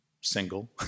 single